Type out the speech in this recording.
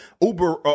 uber